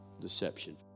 deception